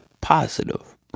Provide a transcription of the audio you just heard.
Positive